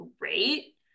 great